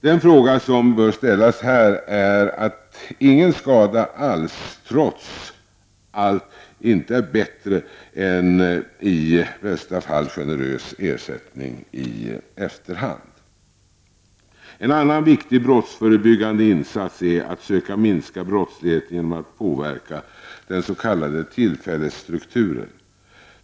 Den fråga som bör ställas här är om ingen skada alls trots allt inte är bättre än en i bästa fall generös ersättning i efterhand. En annan viktig brottsförebyggande insats är att söka minska brottsligheten genom att påverka den s.k. tillfällestrukturen.